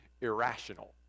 irrational